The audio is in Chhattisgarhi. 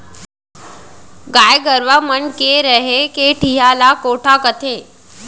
गाय गरूवा मन के रहें के ठिहा ल कोठा कथें